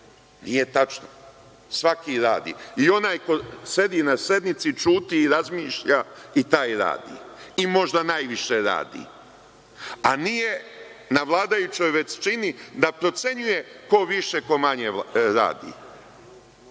Nije tačno, svaki radi, i onaj koji sedi na sednici, ćuti i razmišlja i taj radi i možda najviše radi, a nije na vladajućoj većini da procenjuje ko više, a ko manje radi.